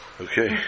Okay